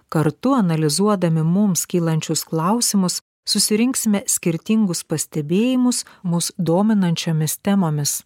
kartu analizuodami mums kylančius klausimus susirinksime skirtingus pastebėjimus mus dominančiomis temomis